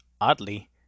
oddly